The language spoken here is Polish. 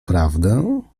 prawdę